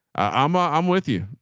i'm a i'm with you.